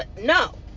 No